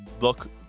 look